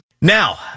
Now